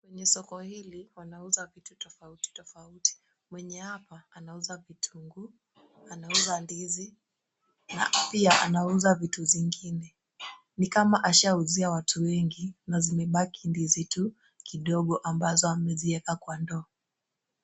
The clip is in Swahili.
Kwenye soko hili wanauzwa vitu tofauti tofauti. Mwenye hapa anauza vitunguu, anauza ndizi na pia anauza vitu zingine. Ni kama ashauzia watu wengi na zimebaki ndizi tu kidogo ambazo ameziweka kwa ndoo.